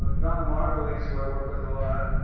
donald margulies, who i work with a lot,